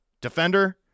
defender